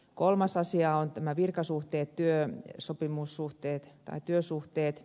kolmas asia on nämä virkasuhteet työsopimussuhteet tai työsuhteet